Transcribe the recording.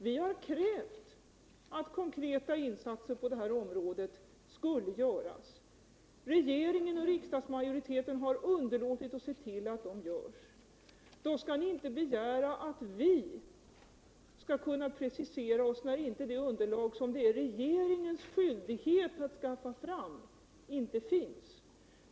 Vi har krävt att konkreta insatser på det här området skulle göras. Regeringen och riksdagsmajoriteten har underlåtit att se till att de görs. Ni kan inte begära att vi skall kunna precisera oss, när det underlag som det är regeringens skyldighet att skaffa fram inte finns.